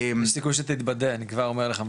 יש סיכוי שתתבדה אני כבר אומר לך מראש.